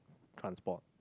transport